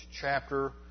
chapter